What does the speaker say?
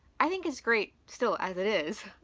i think it's great still as it is,